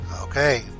Okay